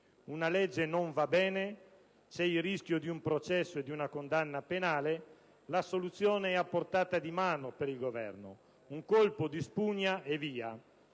Una legge non va bene? C'è il rischio di un processo e di una condanna penale? La soluzione è a portata di mano, per il Governo. Un colpo di spugna e via.